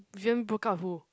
Jen broke up with who